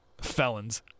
felons